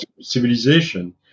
civilization